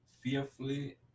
fearfully